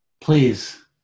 please